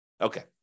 Okay